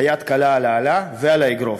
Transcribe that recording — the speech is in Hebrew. היד קלה על האלה ועל האגרוף.